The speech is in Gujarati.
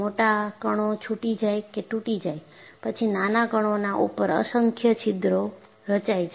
મોટા કણો છૂટી જાય કે તૂટી જાય પછી નાના કણોના ઉપર અસંખ્ય છિદ્રો રચાય છે